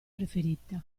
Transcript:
preferita